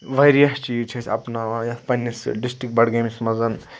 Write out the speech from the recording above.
واریاہ چیٖز چھِ أسۍ اَپناوان یَتھ پَننِس ڈِسٹرک بَڈگٲمِس مَنٛز